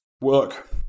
work